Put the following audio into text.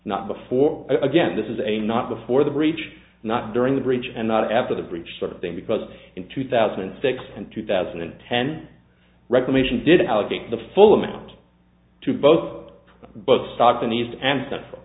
not before again this is a not before the breach not during the breach and not after the breach sort of thing because in two thousand and six and two thousand and ten reclamation didn't allocate the full amount to both but stockton east and